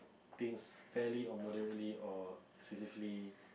things fairly or moderately or excessively